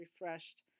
refreshed